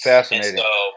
Fascinating